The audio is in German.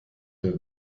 der